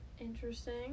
Interesting